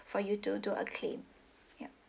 for you to do a claim yup